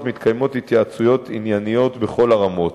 מתקיימות התייעצויות ענייניות בכל הרמות.